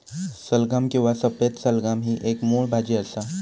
सलगम किंवा सफेद सलगम ही एक मुळ भाजी असा